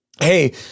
Hey